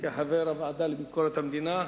כחבר הוועדה לביקורת המדינה.